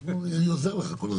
אני עוזר לך כל הזמן.